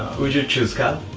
would you choose a